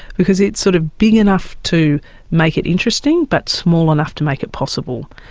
because it's sort of big enough to make it interesting but small enough to make it possible.